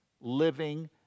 living